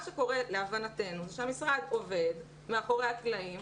מה שקורה להבנתנו, זה שהמשרד עובד מאחורי הקלעים.